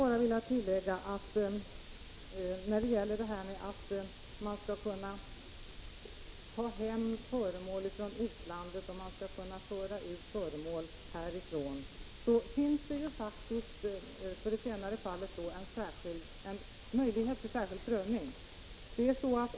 Jag vill tillägga att det i fråga om utförsel av kulturföremål finns möjlighet till särskild prövning.